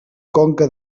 conca